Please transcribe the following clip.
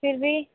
फिर भी